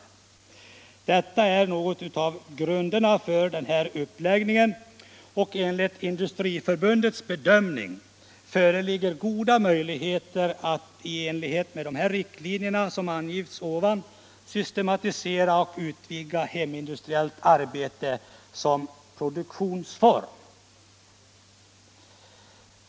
Detta är några av grunderna för uppläggningen. Enligt Industriförbundets bedömning föreligger goda möjligheter att i enlighet med de riktlinjer som här angivits systematisera och utvidga hemindustriellt arbete som produktionsform.